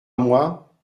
moi